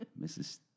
Mrs